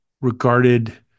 regarded